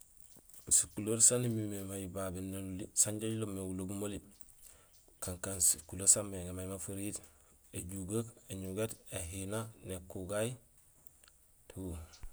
Siculeer saan imimé may babé noli sanja jiloob mé gulobub oli kankaan siculeer saméŋé ma fariir: éjugeek, énugéét, éhina, ékugay tout.